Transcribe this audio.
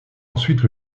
ensuite